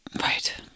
Right